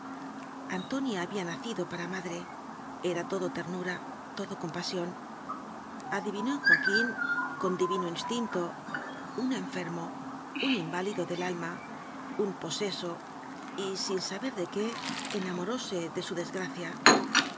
antonia había nacido para madre era todo ternura todo compasión adivinó en joaquín con divino instinto un enfermo un inválido del alma un poseso y sin saber de qué enamoróse de su desgracia